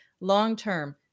long-term